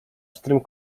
pstrym